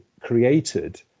created